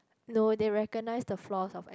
no they recognise the flaws of